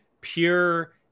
pure